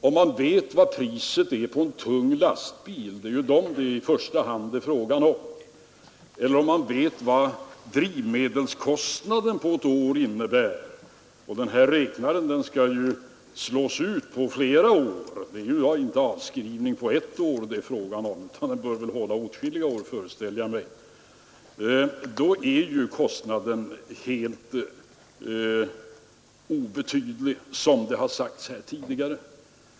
Om man vet vad priset är på en tung lastbil, som det ju i första hand är fråga om, eller vad drivmedelskostnaden på ett år uppgår till — priset för denna räknare skall ju slås ut på flera år och inte avskrivas på ett år, eftersom den bör hålla åtskilliga år, föreställer jag mig förefaller kostnaden för mätaren vara helt obetydlig, vilket har sagts här tidigare.